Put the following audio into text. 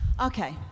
Okay